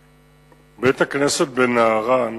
הכנסת, בית-הכנסת בנערן